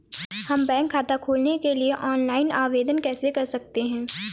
हम बैंक खाता खोलने के लिए ऑनलाइन आवेदन कैसे कर सकते हैं?